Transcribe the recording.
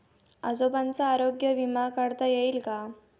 आजोबांचा आरोग्य विमा काढता येईल का?